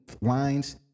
lines